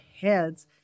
heads